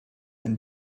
and